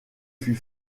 fut